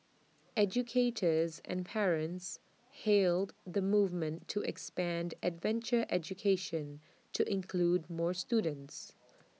educators and parents hailed the movement to expand adventure education to include more students